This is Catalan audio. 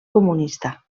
comunista